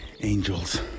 angels